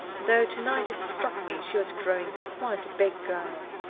though tonight it struck me she was growing quite a big girl.